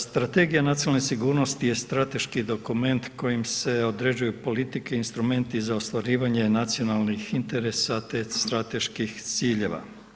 Strategija nacionalne sigurnosti je strateški dokument kojim se određuje politike i instrumenti za ostvarivanje nacionalne interesa te strateških ciljeva.